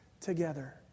together